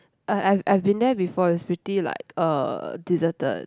I I I've been there before it's pretty like uh deserted